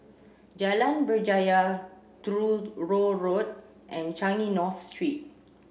Jalan Berjaya Truro Road and Changi North Street